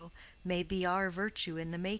may be our virtue in the making.